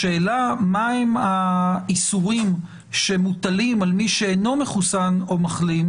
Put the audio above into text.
השאלה מה הם האיסורים שמוטלים על מי שאינו מחוסן או מחלים,